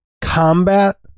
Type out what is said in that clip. combat